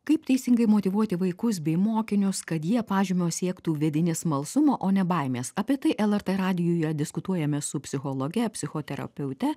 kaip teisingai motyvuoti vaikus bei mokinius kad jie pažymio siektų vedini smalsumo o ne baimės apie tai lrt radijuje diskutuojame su psichologe psichoterapeute